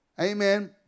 Amen